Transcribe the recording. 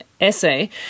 essay